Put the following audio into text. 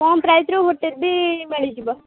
କମ୍ ପ୍ରାଇସ୍ର ହୋଟେଲ୍ ବି ମିଳିଯିବ